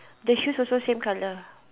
the shoes also same color